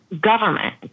government